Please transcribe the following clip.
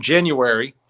January